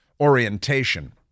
orientation